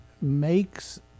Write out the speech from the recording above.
makes